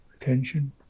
attention